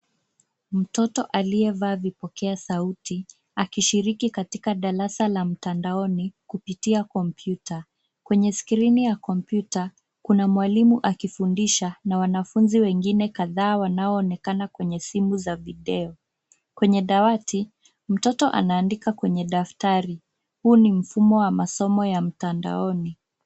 Mtoto aliyevaa vipokea sauti akishiriki katika darasa la mtandaoni kupitia kompyuta. Kwenye skrini ya kompyuta, kuna mwalimu akifundisha na wanafunzi wengine kadhaa wanaoonekana kwenye simu za video. Kwenye dawati, mtoto anaandika kwenye daftari. Huu ni mfumo wa masomo ya mtandaoni.